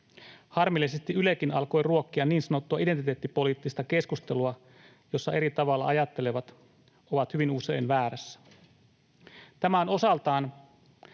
Harmillisesti Ylekin alkoi ruokkia niin sanottua identiteettipoliittista keskustelua, jossa eri tavalla ajattelevat ovat hyvin usein väärässä. Tämä on osaltaan